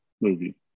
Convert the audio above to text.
movie